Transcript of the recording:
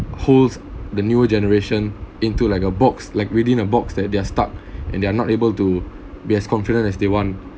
holds the newer generation into like a box like within a box that they're stuck and they are not able to be as confident as they want